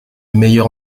meilleure